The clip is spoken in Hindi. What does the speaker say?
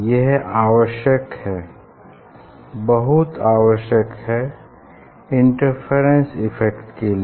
यह आवश्यक है यह बहुत आवश्यक है इंटरफेरेंस इफ़ेक्ट के लिए